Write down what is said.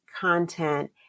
content